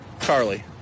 charlie